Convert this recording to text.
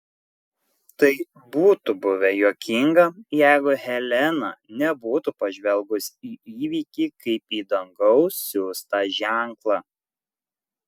tai būtų buvę juokinga jeigu helena nebūtų pažvelgus į įvykį kaip į dangaus siųstą ženklą